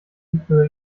particular